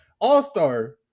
all-star